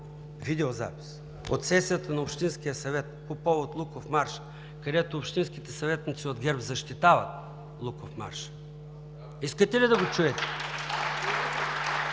видеозапис, от сесията на общинския съвет по повод Луковмарш, където общинските съветници от ГЕРБ защитават Луковмарш? Искате ли да го чуете?